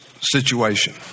situation